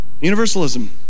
Universalism